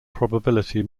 probability